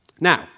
Now